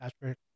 Patrick